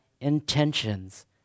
intentions